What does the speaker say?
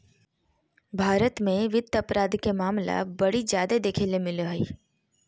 भारत मे वित्त अपराध के मामला बड़ी जादे देखे ले मिलो हय